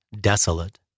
desolate